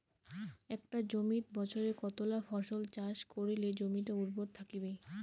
একটা জমিত বছরে কতলা ফসল চাষ করিলে জমিটা উর্বর থাকিবে?